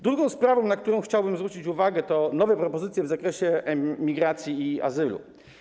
Druga sprawa, na którą chciałbym zwrócić uwagę, to nowe propozycje w zakresie migracji i azylu.